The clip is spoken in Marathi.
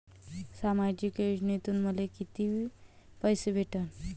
सामाजिक योजनेतून मले कितीक पैसे भेटन?